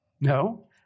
No